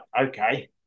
okay